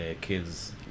kids